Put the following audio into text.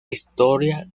historia